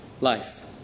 life